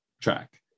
track